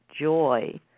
joy